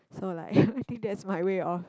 so like I think that's my way of